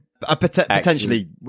potentially